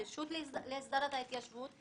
הרשות להסדרת ההתיישבות,